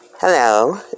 Hello